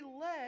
led